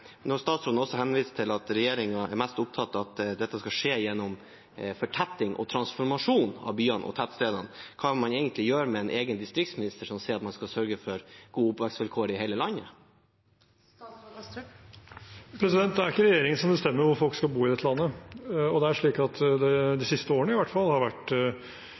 når statsråden også henviser til at regjeringen er mest opptatt av at dette skal skje gjennom fortetting og transformasjon av byene og tettstedene, er: Hva gjør man egentlig med en egen distriktsminister som sier at man skal sørge for gode oppvekstvilkår i hele landet? Det er ikke regjeringen som bestemmer hvor folk skal bo i dette landet. I de siste årene i hvert fall har det vært